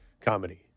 comedy